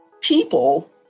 people